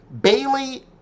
Bailey